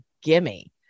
gimme